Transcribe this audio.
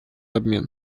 обмен